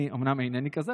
אני אינני כזה,